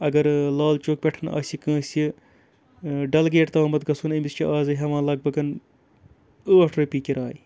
اَگرٕ لال چوک پٮ۪ٹھ آسہِ کٲنٛسہِ ڈلگیٹ تامَتھ گَژھُن أمِس چھِ آزٕ ہٮ۪وان لَگ بَگَن ٲٹھ رۄپیہِ کِراے